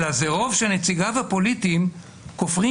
אלא זה רוב שנציגיו הפוליטיים כופרים